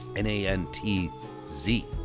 N-A-N-T-Z